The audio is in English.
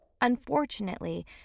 Unfortunately